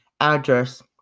address